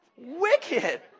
wicked